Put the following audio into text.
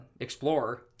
explorer